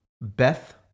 Beth